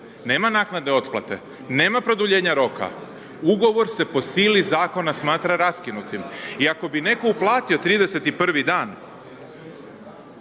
nema naknade otplate, nema produljenja roka, Ugovor se po sili Zakona smatra raskinutim. I ako bi netko uplatio 31-vi dan,